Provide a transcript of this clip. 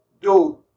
dude